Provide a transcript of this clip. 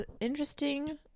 interesting